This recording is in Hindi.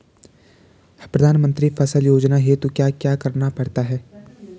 प्रधानमंत्री फसल योजना हेतु क्या क्या करना पड़ता है?